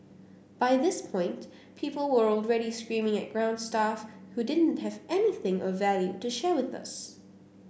by this point people were already screaming at ground staff who didn't have anything of value to share with us